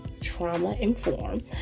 trauma-informed